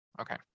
Okay